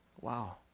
Wow